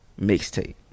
Mixtape